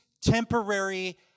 temporary